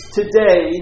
today